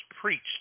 preached